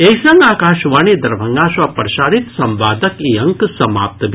एहि संग आकाशवाणी दरभंगा सँ प्रसारित संवादक ई अंक समाप्त भेल